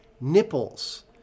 nipples